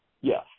Yes